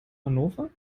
hannover